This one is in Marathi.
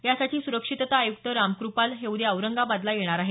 यासाठी सुरक्षितता आयुक्त रामक्रपाल हे उद्या औरंगाबादला येणार आहेत